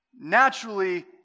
naturally